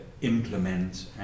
implement